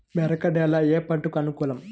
మెరక నేల ఏ పంటకు అనుకూలం?